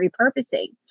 repurposing